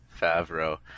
favreau